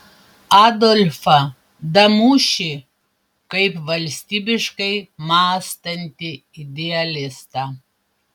adolfą damušį kaip valstybiškai mąstantį idealistą